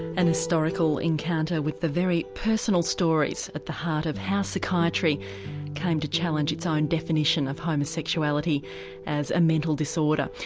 and a historical encounter with the very personal stories at the heart of how psychiatry came to challenge its own definition of homosexuality as a mental disorder.